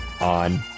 on